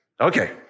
Okay